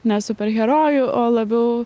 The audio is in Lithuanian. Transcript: ne superherojų o labiau